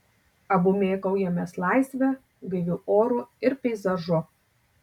abu mėgaujamės laisve gaiviu oru ir peizažu